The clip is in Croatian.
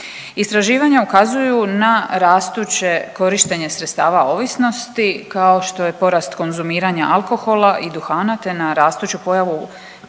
Istraživanja ukazuju na rastuće korištenje sredstava ovisnosti kao što je porast konzumiranja alkohola i duhana, te na rastuću pojavu tzv.